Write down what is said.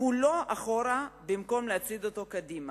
כולו אחורה במקום להצעיד אותו קדימה.